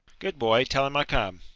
good boy, tell him i come.